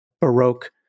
Baroque